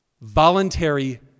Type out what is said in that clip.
voluntary